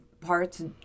parts